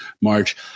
March